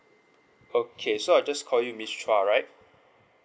okay so I just call you miss chua right